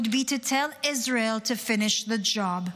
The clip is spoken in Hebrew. be to tell Israel to finish the job.